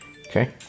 Okay